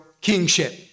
kingship